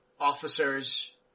officers